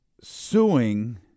suing